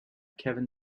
kevin